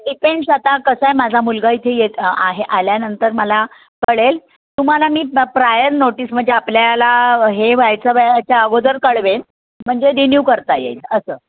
depends आता कसं आहे माझा मुलगा इथे येत आहे आल्यानंतर मला कळेल तुम्हाला मी प्रायर नोटीस म्हणजे आपल्याला हे व्हायचा वेळेच्या अगोदर कळवेन म्हणजे रिन्यू करता येईल असं